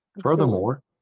Furthermore